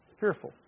fearful